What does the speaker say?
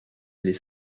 les